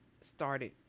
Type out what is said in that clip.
started